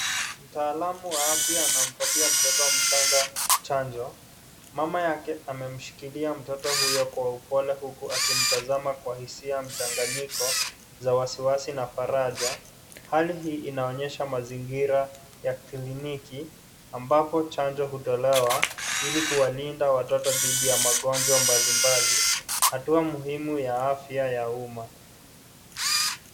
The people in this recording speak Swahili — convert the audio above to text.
Mtaalamu wa afya anampatia mtoto mchanga chanjo. Mama yake amemshikilia mtoto huyo kwa upole huku akimtazama kwa hisia mchanganyiko, za wasiwasi na faraja. Hali hii inaonyesha mazingira ya kliniki, ambapo chanjo hutolewa, ili kuwalinda watoto dhidi ya magonjwa mbalimbali, hatua muhimu ya afya ya umma.